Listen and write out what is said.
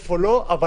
איפה לא,